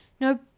no